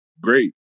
great